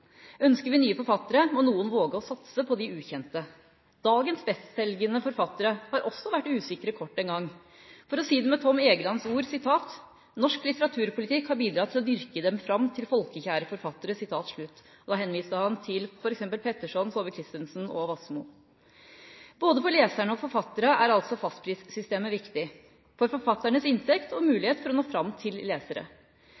Ønsker vi nye forfattere, må noen våge å satse på de ukjente. Dagens bestselgende forfattere har også vært usikre kort en gang. For å si det med Tom Egelands ord: «Norsk litteraturpolitikk har bidratt til å dyrke dem fram til folkekjære forfattere». Dette var en henvisning til f.eks. Petterson, Saabye Christensen og Wassmo. Både for leserne og forfatterne er altså fastprissystemet viktig – for forfatternes inntekt og